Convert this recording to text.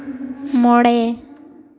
ᱢᱚᱬᱮ